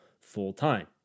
full-time